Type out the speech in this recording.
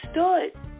understood